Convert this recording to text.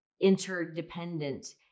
interdependent